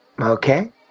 Okay